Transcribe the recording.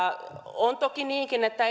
on toki niinkin että